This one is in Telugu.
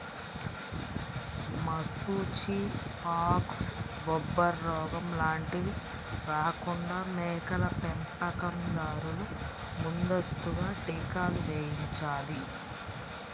మశూచి, ఫాక్స్, బొబ్బరోగం లాంటివి రాకుండా మేకల పెంపకం దారులు ముందస్తుగా టీకాలు వేయించాలి